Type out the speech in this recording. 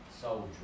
soldier